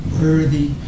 worthy